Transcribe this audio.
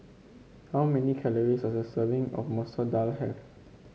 how many calories does a serving of Masoor Dal have